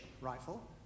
rifle